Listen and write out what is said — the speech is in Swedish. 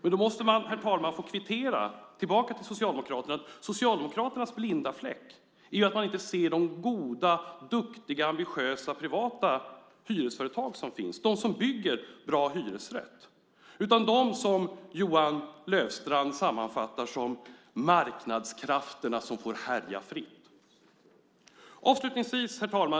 Men då måste man, herr talman, få kvittera tillbaka till Socialdemokraterna att Socialdemokraternas blinda fläck är att man inte ser de goda, duktiga och ambitiösa privata hyresföretag som finns, de som bygger bra hyresrätter - dem som Johan Löfstrand sammanfattar som de marknadskrafter som får härja fritt.